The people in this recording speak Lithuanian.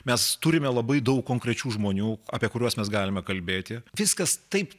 mes turime labai daug konkrečių žmonių apie kuriuos mes galime kalbėti viskas taip